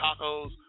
tacos